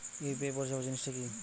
UPI পরিসেবা জিনিসটা কি?